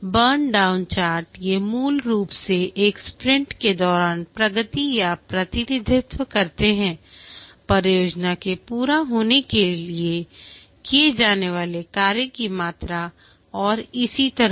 burn down chart ये मूल रूप से एक स्प्रिंट के दौरान प्रगति का प्रतिनिधित्व करते हैं परियोजना के पूरा होने के लिए किए जाने वाले कार्य की मात्रा और इसी तरह